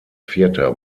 vierter